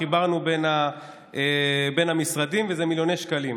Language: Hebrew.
חיברנו בין המשרדים, ואלה מיליוני שקלים.